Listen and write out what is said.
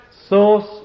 source